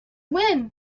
wind